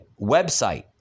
website